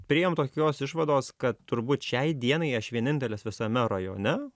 priėjom tokios išvados kad turbūt šiai dienai aš vienintelis visame rajone